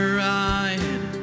ride